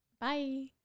Bye